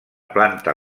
planta